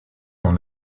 dans